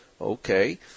okay